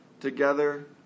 together